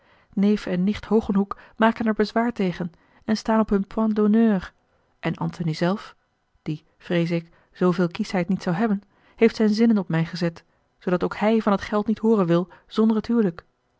neef en nicht hogenhoeck maken er bezwaar tegen en staan op hun point d'honneur en antony zelf die vreeze ik zooveel kieschheid niet zou hebben heeft zijne zinnen op mij gezet zoodat ook hij van t geld niet hooren wil zonder